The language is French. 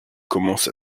commence